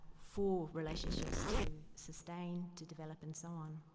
for relationships to sustain, to develop and so on.